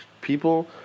people